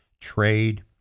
trade